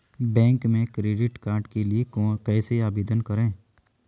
Bank में credit card के लिए आवेदन कैसे करें?